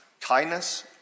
kindness